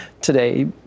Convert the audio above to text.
today